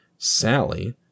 Sally